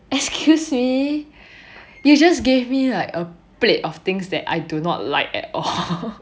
excuse me you just gave me like a plate of things that I do not like at all